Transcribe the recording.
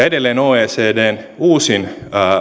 edelleen oecdn uusin